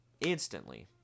instantly